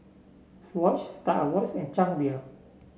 Swatch Star Awards and Chang Beer